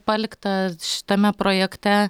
palikta šitame projekte